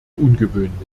ungewöhnlich